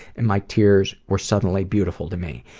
and my tears were suddenly beautiful to me.